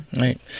Right